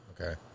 Okay